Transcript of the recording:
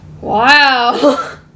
Wow